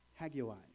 hagioi